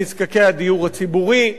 נזקקי הדיור הציבורי,